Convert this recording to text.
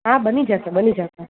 હા બની જશે બની જશે